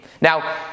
Now